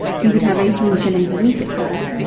he would have eighteen shillings a week at first,